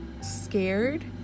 scared